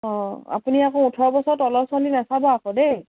অঁ আপুনি আকৌ ওঠৰ বছৰৰ তলৰ ছোৱালী নাচাব আকৌ দেই